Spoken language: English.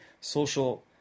social